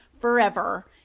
forever